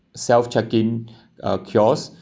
self check-in uh kiosk